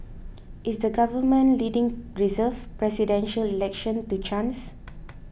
is the government leaving 'reserved' Presidential Election to chance